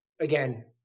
again